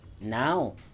Now